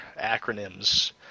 acronyms